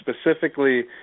specifically